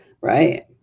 right